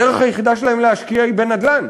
הדרך היחידה שלהם להשקיע היא בנדל"ן,